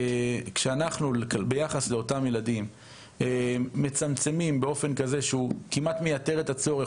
מצמצמים לילדים את שעות הביקור באופן כזה שכמעט מייתר את הצורך בביקור,